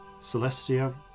Celestia